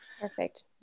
Perfect